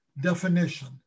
definition